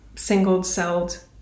single-celled